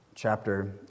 Chapter